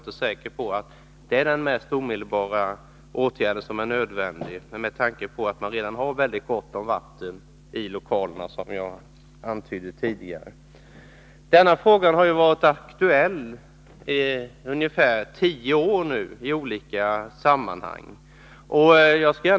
Med tanke på att man, som jag antydde, redan har väldigt gott om vatten i lokalerna, är jag inte säker på att det är den åtgärd som är mest nödvändig. Denna fråga har varit aktuell i olika sammanhang under ungefär tio år.